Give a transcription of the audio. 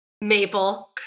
Maple